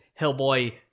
Hellboy